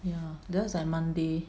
ya that's on Monday